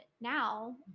Now